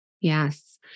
Yes